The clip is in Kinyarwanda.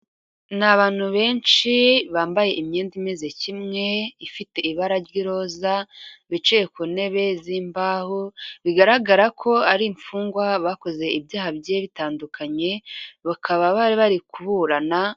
Ni abantu benshi bambaye imyenda imeze kimwe, ifite ibara ry'iroza, bicaye ku ntebe z'imbaho bigaragara ko ari imfungwa. Bakoze ibyaha bigiye bitandukanye, bakaba bari bari kuburana.